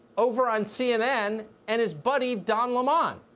over on cnn, and his buddy, don lamon.